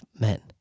men